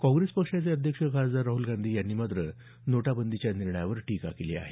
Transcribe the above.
काँग्रेस पक्षाचे अध्यक्ष राहल गांधी यांनी मात्र नोटाबंदीच्या निर्णयावर टीका केली आहे